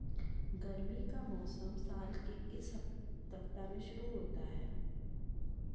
गर्मी का मौसम साल के किस सप्ताह में शुरू होता है